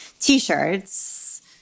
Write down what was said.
t-shirts